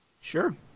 Sure